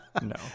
No